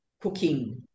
cooking